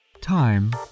Time